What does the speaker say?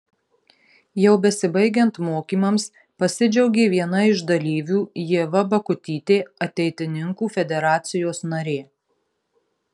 jau besibaigiant mokymams pasidžiaugė viena iš dalyvių ieva bakutytė ateitininkų federacijos narė